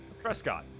Trescott